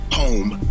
home